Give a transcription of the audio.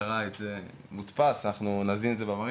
מודפס מהמשטרה ואמרו שיזינו אותו עצמאית במערכת,